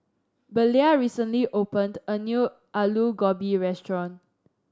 Belia recently opened a new Alu Gobi restaurant